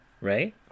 Right